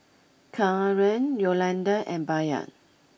Kaaren Yolanda and Bayard